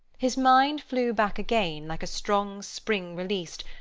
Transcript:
his mind flew back again, like a strong spring released,